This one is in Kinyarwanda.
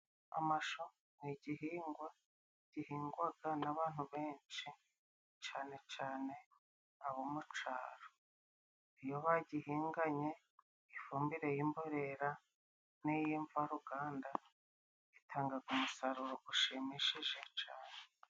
Amashu ni igihingwa gihingwaga n'abantu benshi cane cane abo mu caro. Iyo bagihinganye ifumbire y'imborera n'iy' imvaruganda itangaga umusaruro ushimishije cane.